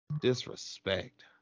Disrespect